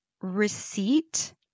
receipt